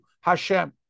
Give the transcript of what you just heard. Hashem